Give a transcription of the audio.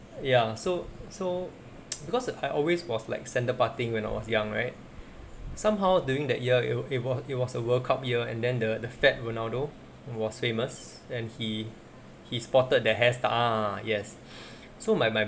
ya so so because I always was like center parting when I was young right somehow during that year it wa~ it was it was a world cup year and then the the fat ronaldo was famous and he he supported that hairstyle yes so my my